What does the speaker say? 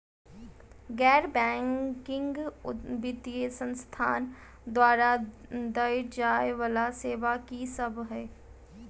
गैर बैंकिंग वित्तीय संस्थान द्वारा देय जाए वला सेवा की सब है?